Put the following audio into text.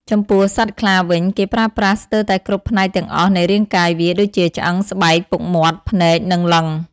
ចំពោះសត្វខ្លាវិញ គេប្រើប្រាស់ស្ទើរតែគ្រប់ផ្នែកទាំងអស់នៃរាងកាយវា ដូចជា ឆ្អឹង ស្បែក ពុកមាត់ ភ្នែក និង លិង្គ ។